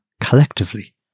collectively